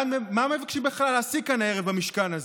מה מבקשים בכלל להשיג כאן הערב במשכן הזה?